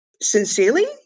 sincerely